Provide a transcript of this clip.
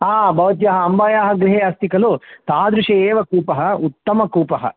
हा भवत्याः अम्बायाः गृहे अस्ति खलु तादृशः एव कूपः उत्तमकूपः